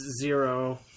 zero